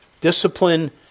Discipline